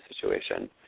situation